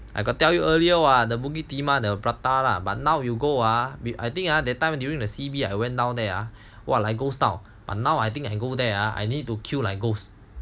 I got tell you earlier [what] the bukit timah the prata lah but now you go ah I think ah that time during the C_B I went down there ah !wah! like ghost town but now I think I go there I need to queue like ghosts